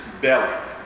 belly